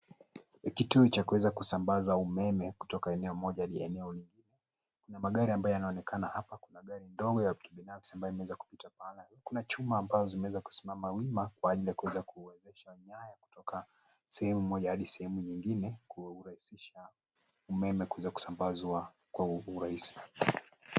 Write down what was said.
Ni kituo cha kuweza kusambaza umeme kutoka eneo moja hadi eneo nyingine. Kunamagari ambayo yanaonekana hapa, kuna gari ndogo la kibinafsi ambalo imeweza kupita mahali hapa. Kuna chuma ambao zimeweza kusimama wima kwa ajili ya kuweza kuwezesha nyaya kutoka sehemu moja hadi sehemu nyingine kurahisisha umeme kuweza kusambazwa kwa urahisi.